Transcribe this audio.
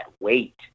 weight